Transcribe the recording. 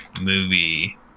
movie